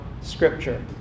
Scripture